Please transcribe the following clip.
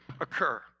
occur